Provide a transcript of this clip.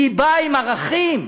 היא באה עם ערכים.